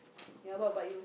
ya what about you